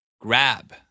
Grab